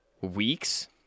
weeks